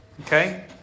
Okay